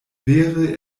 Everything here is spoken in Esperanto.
vere